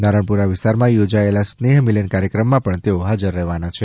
નારણપુરા વિસ્તારમાં થોજાયેલા સ્નેહ મિલન કાર્યક્રમમાં પણ તેઓ હાજર રહેવાના છે